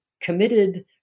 committed